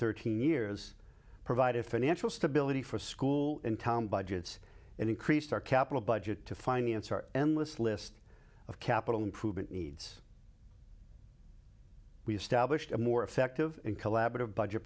thirteen years provided financial stability for school in town budgets and increased our capital budget to finance our endless list of capital improvement needs we established a more effective and collaborative budget